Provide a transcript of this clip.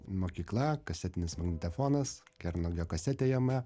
mokykla kasetinis magnetofonas kernagio kasetė jame